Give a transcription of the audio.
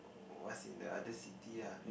what's in the other city ah